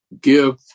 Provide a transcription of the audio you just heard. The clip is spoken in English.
give